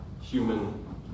human